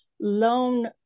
loan